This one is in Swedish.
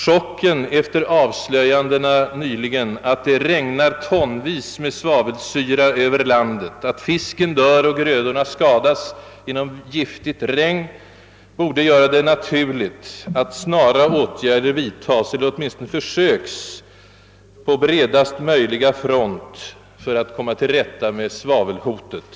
Chocken efter avslöjandena nyligen, att det regnar tonvis med svavelsyra över landet, att fisken dör och grödorna skadas genom giftigt regn, borde göra det naturligt att snara åtgärder vidtas eller åtminstone försöks på bredast möjliga front för att komma till rätta med svavelhotet.